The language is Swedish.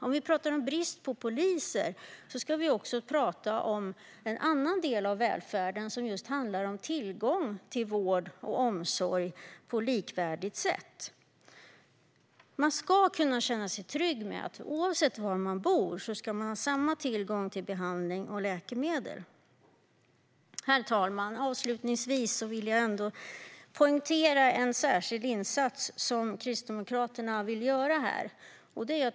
Om vi talar om brist på poliser ska vi också tala om en annan del av välfärden som handlar om just tillgång till vård och omsorg på ett likvärdigt sätt. Man ska kunna känna sig trygg med att oavsett var man bor ska man ha samma tillgång till behandling och läkemedel. Herr talman! Avslutningsvis vill jag ändå poängtera en särskild insats som Kristdemokraterna vill göra.